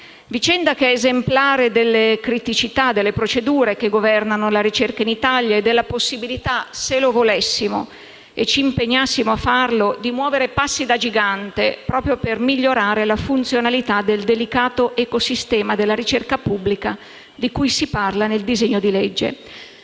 vicenda è esemplare delle criticità delle procedure che governano la ricerca in Italia e della possibilità - se lo volessimo e ci impegnassimo a farlo - di muovere passi da gigante proprio per migliorare la funzionalità del delicato ecosistema della ricerca pubblica di cui si parla nel disegno di legge.